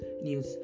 news